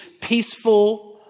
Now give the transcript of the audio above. peaceful